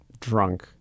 drunk